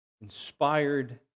Inspired